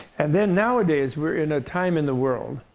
and then, nowadays, we're in a time in the world,